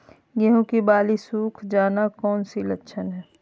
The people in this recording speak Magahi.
गेंहू की बाली सुख जाना कौन सी लक्षण है?